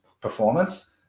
performance